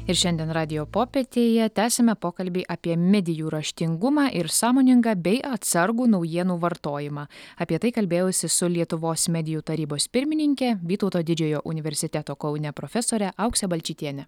ir šiandien radijo popietėje tęsiame pokalbį apie medijų raštingumą ir sąmoningą bei atsargų naujienų vartojimą apie tai kalbėjausi su lietuvos medijų tarybos pirmininke vytauto didžiojo universiteto kaune profesore aukse balčytiene